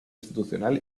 institucional